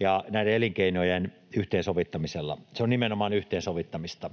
ja näiden elinkeinojen yhteensovittamisella: Se on nimenomaan yhteensovittamista.